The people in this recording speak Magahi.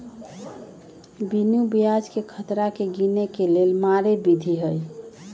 बिनु ब्याजकें खतरा के गिने के लेल मारे विधी हइ